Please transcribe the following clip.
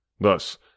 Thus